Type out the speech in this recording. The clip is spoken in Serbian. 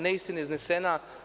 Neistina je iznesena.